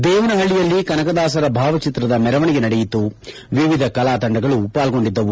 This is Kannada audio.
ದೇವನಹಳ್ಳಿಯಲ್ಲಿ ಕನಕದಾಸರ ಭಾವಚಿತ್ರದ ಮೆರವಣಿಗೆ ನಡೆಯಿತು ವಿವಿಧ ಕಲಾತಂಡಗಳು ಪಾಲ್ಗೊಂಡಿದ್ದವು